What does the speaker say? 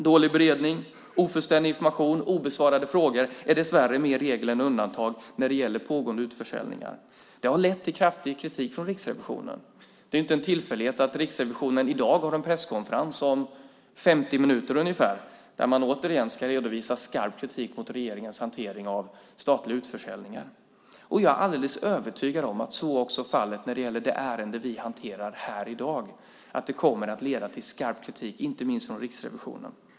Dålig beredning, ofullständig information och obesvarade frågor är snarare mer regel än undantag när det gäller pågående utförsäljningar. Det har lett till kraftig kritik från Riksrevisionen. Det är inte en tillfällighet att Riksrevisionen i dag har en presskonferens om ungefär 50 minuter där man återigen ska redovisa skarp kritik mot regeringens hantering av statliga utförsäljningar. Jag är alldeles övertygad om att så också blir fallet med det ärende vi hanterar här i dag. Det kommer att leda till skarp kritik inte minst från Riksrevisionen.